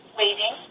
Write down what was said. waiting